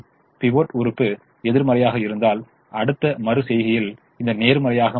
pivot உறுப்பு எதிர்மறையாக இருந்தால் அடுத்த மறு செய்கையில் இது நேர்மறையாக மாறும்